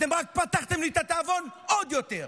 אתם רק פתחתם לי את התיאבון עוד יותר,